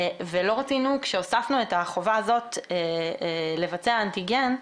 כשהוספנו את החובה הזאת לבצע אנטיגן,